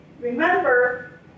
Remember